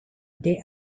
they